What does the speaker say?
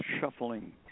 shuffling